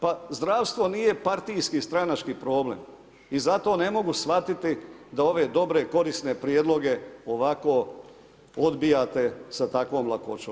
Pa zdravstvo nije partijski, stranački problem i zato ne mogu shvatiti da ove dobre, korisne prijedloge ovako odbijate sa takvom lakoćom.